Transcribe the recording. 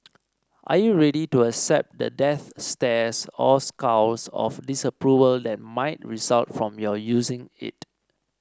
are you ready to accept the death stares or scowls of disapproval that might result from